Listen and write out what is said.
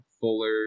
Fuller